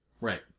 Right